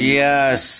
yes